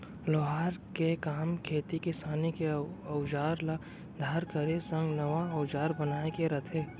लोहार के काम खेती किसानी के अउजार ल धार करे संग नवा अउजार बनाए के रथे